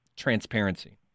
transparency